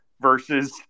versus